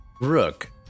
Rook